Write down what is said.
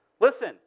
Listen